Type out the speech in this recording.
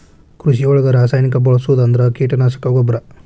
ಕೃಷಿ ಒಳಗ ರಾಸಾಯನಿಕಾ ಬಳಸುದ ಅಂದ್ರ ಕೇಟನಾಶಕಾ, ಗೊಬ್ಬರಾ